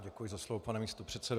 Děkuji za slovo, pane místopředsedo.